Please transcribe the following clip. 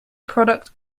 product